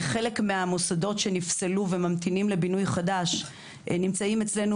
חלק מהמוסדות שנפסלו וממתינים לבינוי חדש נמצאים אצלנו